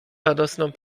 radosną